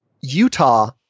Utah